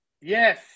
Yes